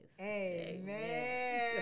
Amen